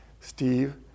Steve